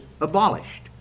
abolished